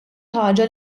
ħaġa